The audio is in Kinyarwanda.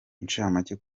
incamake